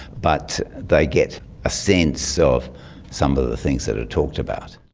but they get a sense so of some of the things that are talked about.